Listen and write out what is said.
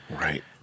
Right